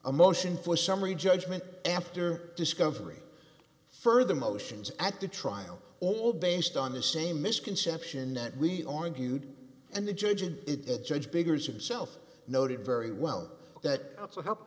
a motion for summary judgment after discovery further motions at the trial all based on the same misconception that we argued and the judge in it judge biggers himself noted very well that also helped